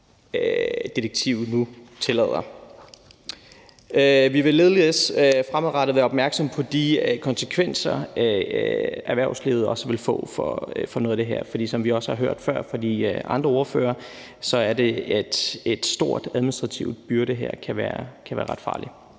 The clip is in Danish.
direktivet nu tillader. Vi vil ligeledes fremadrettet være opmærksomme på de konsekvenser, noget af det her vil få for erhvervslivet. For som vi også har hørt før fra de andre ordførere, kan en stor administrativ byrde være ret farlig.